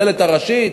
בדלת הראשית,